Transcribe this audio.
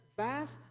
vast